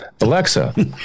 Alexa